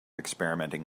experimenting